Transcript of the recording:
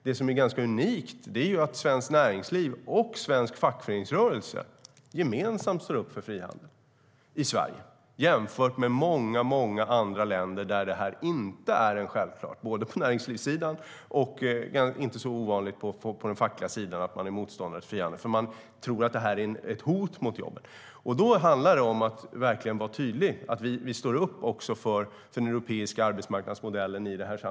Vad som är ganska unikt är att Svenskt Näringsliv och svensk fackföreningsrörelse gemensamt står upp för frihandel i Sverige. Det ska jämföras med många andra länder där detta inte är självklart, varken på näringslivssidan eller på den fackliga sidan. Det är inte så ovanligt att man är motståndare till frihandel, för man tror att detta är ett hot mot jobben. Då handlar det om att verkligen vara tydlig med att vi, i det här sammanhanget, står upp för den europeiska arbetsmarknadsmodellen.